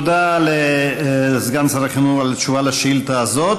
תודה לסגן שר החינוך על התשובה על השאילתה הזאת,